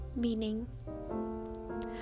meaning